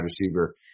receiver